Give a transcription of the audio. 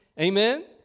Amen